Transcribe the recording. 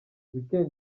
weekend